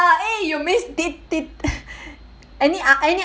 eh you miss did did any uh any